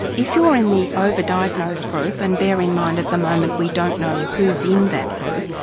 if you are in the over-diagnosed group, and bear in mind at the moment we don't know who's in that group,